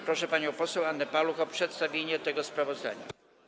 Proszę panią poseł Annę Paluch o przedstawienie tego sprawozdania.